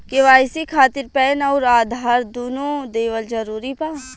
KYC खातिर PAN आउर आधार दुनों देवल जरूरी बा?